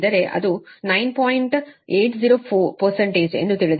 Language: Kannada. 804 ಎಂದು ತಿಳಿದಿದೆ